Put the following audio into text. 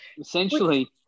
essentially